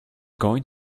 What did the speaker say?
going